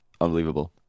unbelievable